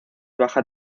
baja